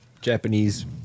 Japanese